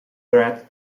threat